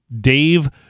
Dave